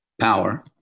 power